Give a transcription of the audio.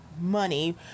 money